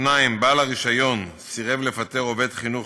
2. בעל הרישיון סירב לפטר עובד חינוך